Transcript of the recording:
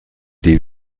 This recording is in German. die